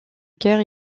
guerre